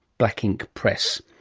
black ink press.